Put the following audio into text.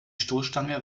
stoßstange